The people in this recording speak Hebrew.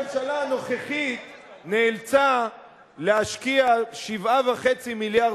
עד שהממשלה הנוכחית נאלצה להשקיע 7.5 מיליארד